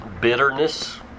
bitterness